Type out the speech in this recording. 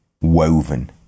woven